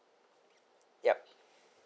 yup